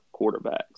quarterbacks